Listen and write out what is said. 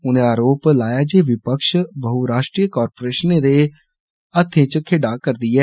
उनें आरोप लाया जे विपक्ष बहुराश्ट्रीय कोरपोरेषनें दे हत्थें च खेढ़ा करदा ऐ